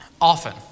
often